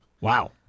wow